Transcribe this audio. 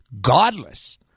godless